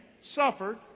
suffered